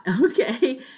okay